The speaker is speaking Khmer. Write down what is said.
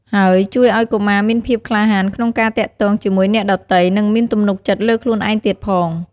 ហើយជួយឲ្យកុមារមានភាពក្លាហានក្នុងការទាក់ទងជាមួយអ្នកដទៃ និងមានទំនុកចិត្តលើខ្លួនឯងទៀងផង។